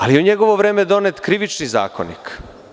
Ali, u njegovo vreme je donet Krivični zakonik.